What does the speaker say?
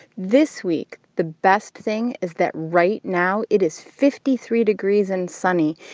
this week, the best thing is that right now, it is fifty three degrees and sunny.